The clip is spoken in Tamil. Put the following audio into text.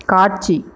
காட்சி